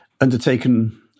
undertaken